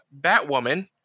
Batwoman